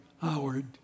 Howard